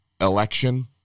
election